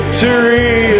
Victory